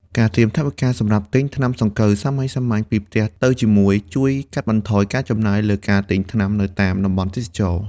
ការត្រៀមថវិកាសម្រាប់ទិញថ្នាំសង្កូវសាមញ្ញៗពីផ្ទះទៅជាមួយ ជួយកាត់បន្ថយការចំណាយលើការទិញថ្នាំនៅតាមតំបន់ទេសចរណ៍។